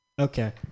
okay